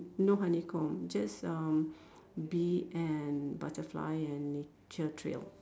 no honeycomb just uh bee and butterfly and nature trail